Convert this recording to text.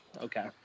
Okay